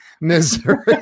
Missouri